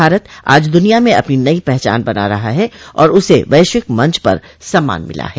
भारत आज द्निया में अपनी नई पहचान बना रहा है और उसे वैश्विक मंच पर सम्मान मिला है